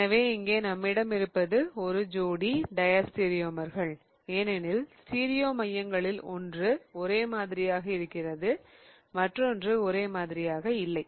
எனவே இங்கே நம்மிடம் இருப்பது ஒரு ஜோடி டயஸ்டிரியோமர்கள் ஏனெனில் ஸ்டீரியோ மையங்களில் ஒன்று ஒரே மாதிரியாக இருக்கிறது மற்றொன்று ஒரே மாதிரியாக இல்லை